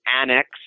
annex